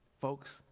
folks